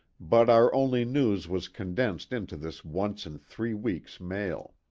but our only news was condensed into this once-in-three-weeks mail.